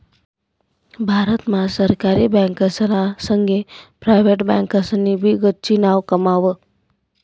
भारत मा सरकारी बँकासना संगे प्रायव्हेट बँकासनी भी गच्ची नाव कमाव